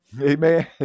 Amen